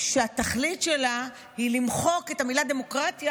שהתכלית שלה היא למחוק את המילה "דמוקרטיה"